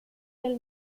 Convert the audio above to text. del